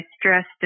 stressed